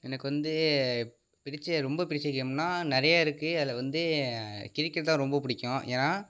எனக்கு வந்து பிடிச்ச ரொம்ப பிடிச்ச கேம்னா நிறையா இருக்கு அதில் வந்து கிரிக்கெட் தான் ரொம்ப பிடிக்கும் ஏன்னா